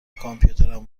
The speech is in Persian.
کامپیوترم